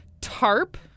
TARP